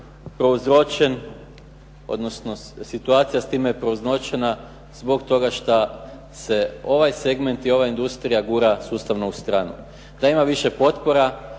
prouzročen, odnosno situacija s time prouzročena zbog toga što se ovaj segment i ova industrija gura sustavno u stranu. Nema više potpora